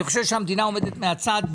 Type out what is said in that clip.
אני חושב שהמדינה עומדת מהצד,